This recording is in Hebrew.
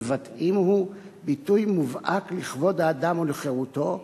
הוא ביטוי מובהק לכבוד האדם ולחירותו.